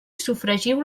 sofregiu